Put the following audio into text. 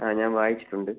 ആ ഞാൻ വായിച്ചിട്ടുണ്ട്